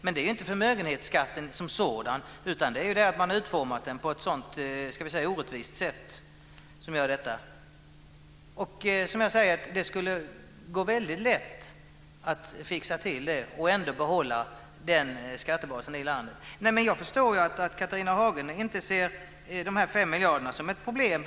Men det är inte förmöghetsskatten som sådan utan att den är utformad på ett sådant orättvist sätt. Det skulle gå lätt att fixa till detta och ändå behålla skattebasen i landet. Jag förstår att Catharina Hagen inte ser de 5 miljarderna som ett problem.